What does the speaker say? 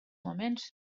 moments